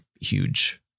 huge